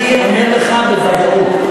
אני אומר לך בוודאות.